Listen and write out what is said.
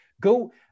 Go